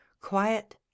quiet